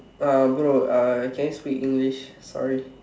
uh bro uh can you speak English sorry